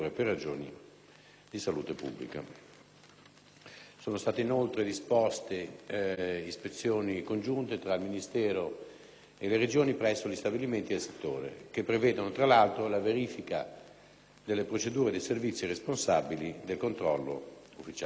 Sono state inoltre disposte ispezioni congiunte tra il Ministero e le Regioni presso gli stabilimenti del settore, che prevedono, tra l'altro, la verifica delle procedure dei servizi responsabili del controllo ufficiale.